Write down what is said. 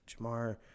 Jamar